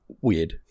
weird